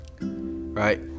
Right